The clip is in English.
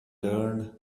turned